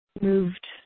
moved